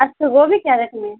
اچھا گوبھی کیا ریٹ میں ہے